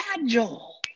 Agile